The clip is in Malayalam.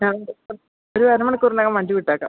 ഞാൻ ഉണ്ട് ഇപ്പം ഒരു അരമണിക്കൂറിനകം വണ്ടി വിട്ടേക്കാം